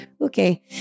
Okay